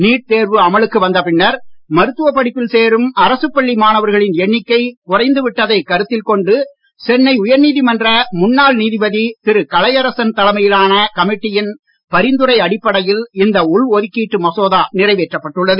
NEET தேர்வு அமலுக்கு வந்த பின்னர் மருத்துவ படிப்பில் சேரும் அரசுப் பள்ளி மாணவர்களின் எண்ணிக்கை குறைந்து விட்டதை கருத்தில் கொண்டு சென்னை உயர்நீதிமன்ற முன்னாள் நீதிபதி திரு கலையரசன் தலைமையிலான கமிட்டியின் பரிந்துரை அடிப்படையில் இந்த உள்ஒதுக்கீட்டு மசோதா நிறைவேற்றப்பட்டுள்ளது